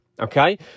Okay